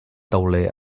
tauler